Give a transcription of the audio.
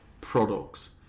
products